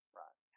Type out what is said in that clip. right